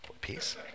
Peace